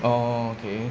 orh okay